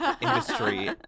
industry